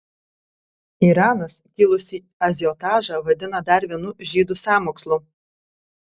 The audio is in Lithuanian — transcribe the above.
iranas kilusį ažiotažą vadina dar vienu žydų sąmokslu